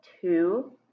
two